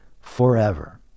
forever